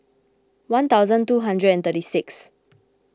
one thousand two hundred and thirty six